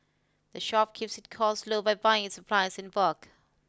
the shop keeps its costs low by buying its supplies in bulk